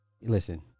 listen